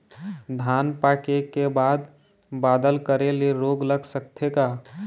धान पाके के बाद बादल करे ले रोग लग सकथे का?